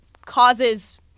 causes